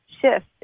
shift